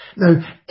Now